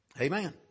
Amen